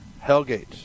Hellgate